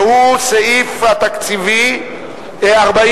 והוא סעיף תקציבי 46,